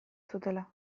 zutela